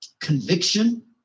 conviction